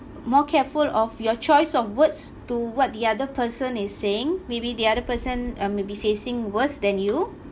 more careful of your choice of words to what the other person is saying maybe the other person um may be facing worse than you